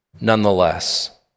nonetheless